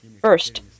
First